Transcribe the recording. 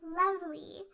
lovely